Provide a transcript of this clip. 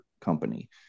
company